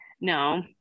no